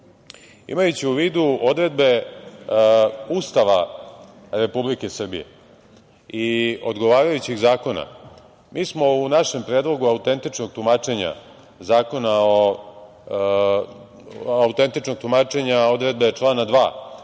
lica. Imajući u vidu odredbe Ustava Republike Srbije i odgovarajućih zakona, mi smo u našem Predlogu autentičnog tumačenja odredbe člana 2.